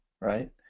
right